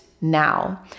now